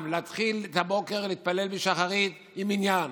להתחיל את הבוקר ולהתפלל בשחרית עם מניין,